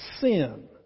sin